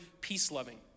peace-loving